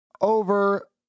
over